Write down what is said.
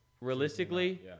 realistically